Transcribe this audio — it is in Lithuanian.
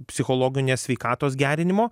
psichologinės sveikatos gerinimo